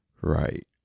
right